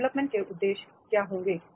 development के उद्देश्य क्या होंगे